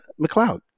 McLeod